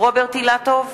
רוברט אילטוב,